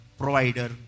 provider